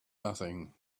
nothing